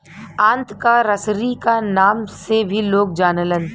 आंत क रसरी क नाम से भी लोग जानलन